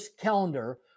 calendar